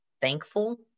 thankful